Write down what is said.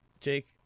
Jake